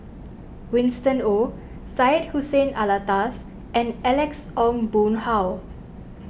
Winston Oh Syed Hussein Alatas and Alex Ong Boon Hau